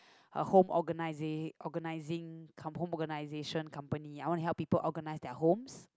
a home organising home organization company I want to help people organise their homes